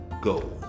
go